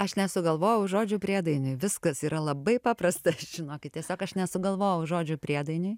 aš nesugalvojau žodžių priedainiui viskas yra labai paprasta žinokit tiesiog aš nesugalvojau žodžių priedainiui